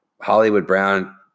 Hollywood-Brown